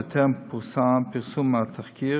עוד בטרם פורסם התחקיר,